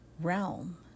realm